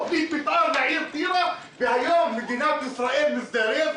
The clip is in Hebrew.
בגלל שעל קלנסווה היו דיונים מוקדמים שלי.